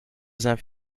seinen